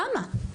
למה?